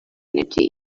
energy